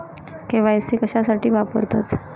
KYC कशासाठी वापरतात?